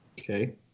Okay